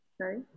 sorry